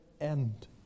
end